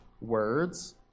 words